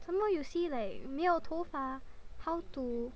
some more you see like 没有头发 how to